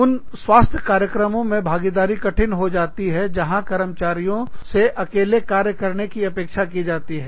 उन स्वास्थ्य कार्यक्रमों में भागीदारी कठिन हो जाती है जहां कर्मचारियों से अकेले कार्य करने की अपेक्षा की जाती है